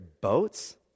boats